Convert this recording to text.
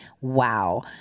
Wow